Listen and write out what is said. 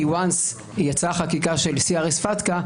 כי ברגע שיצאה החקיקה של CRS-פטקא,